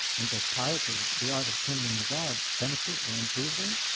and does piety the art of tending the gods benefit or improve them?